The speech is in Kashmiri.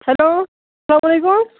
ہٮ۪لو